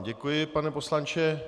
Děkuji vám, pane poslanče.